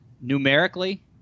numerically